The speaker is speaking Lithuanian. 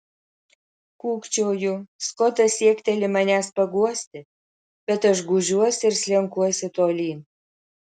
kūkčioju skotas siekteli manęs paguosti bet aš gūžiuosi ir slenkuosi tolyn